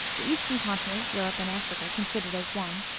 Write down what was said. the eastern continent, europe and africa, considered as one,